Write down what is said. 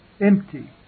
empty